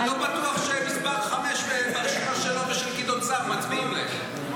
אני לא בטוח שמס' 5 ברשימה שלו ושל גדעון סער מצביעים להם.